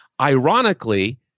Ironically